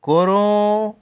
करूं